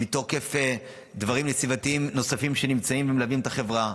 מתוקף דברים נסיבתיים נוספים שנמצאים ומלווים את החברה,